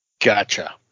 Gotcha